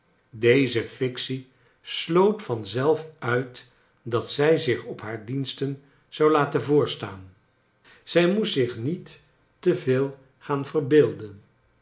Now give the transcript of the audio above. deze fictie sloot van zelf uit dat zij zich op haar diensten zou laten voorstaan zij moest zich niet te veel gaan verbeelden